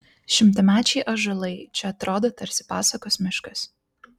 šimtamečiai ąžuolai čia atrodo tarsi pasakos miškas